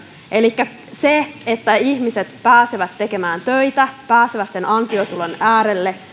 elikkä se että ihmiset pääsevät tekemään töitä pääsevät sen ansiotulon äärelle